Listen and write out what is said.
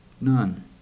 None